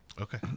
Okay